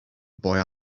boy